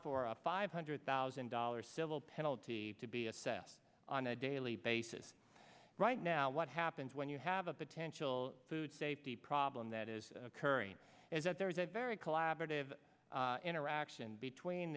a five hundred thousand dollars civil penalty to be assessed on a daily basis right now what happens when you have a potential food safety problem that is occurring is that there is a very collaborative interaction between